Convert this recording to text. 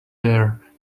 their